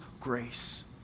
grace